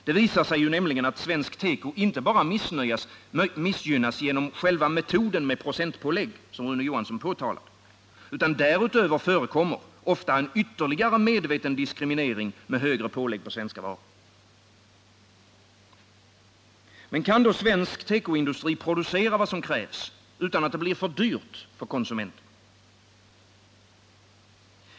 Det visar sig ju, vilket Rune Johansson påtalade, att svensk teko inte bara missgynnas genom själva metoden med procentpålägg. Därutöver förekommer ofta en ytterligare, medveten diskriminering med högre pålägg på svenska varor. Men kan då svensk tekoindustri producera vad som krävs, utan att det blir för dyrt för konsumenterna?